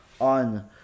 on